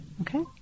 Okay